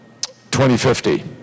2050